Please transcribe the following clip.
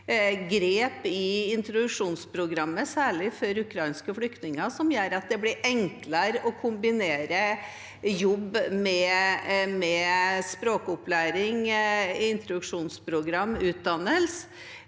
grep i introduksjonsprogrammet, særlig overfor ukrainske flyktninger, som gjør at det blir enklere å kombinere jobb med språkopplæring, introduksjonsprogram og utdannelse.